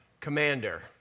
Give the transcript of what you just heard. commander